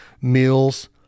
meals